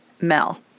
Mel